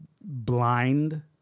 blind